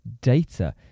data